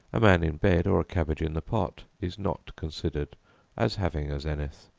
a man in bed or a cabbage in the pot is not considered as having a zenith,